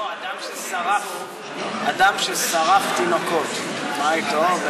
לא, אדם ששרף תינוקות, מה איתו?